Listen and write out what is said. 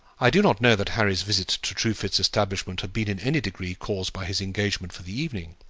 i do not know that harry's visit to truefit's establishment had been in any degree caused by his engagement for the evening.